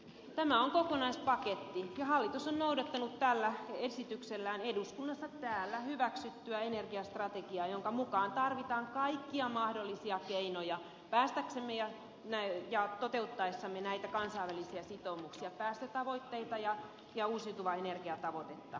tämä on kokonaispaketti ja hallitus on noudattanut tällä esityksellään täällä eduskunnassa hyväksyttyä energia strategiaa jonka mukaan tarvitaan kaikkia mahdollisia keinoja toteuttaessamme näitä kansainvälisiä sitoumuksia päästötavoitteita ja uusiutuvan energian tavoitetta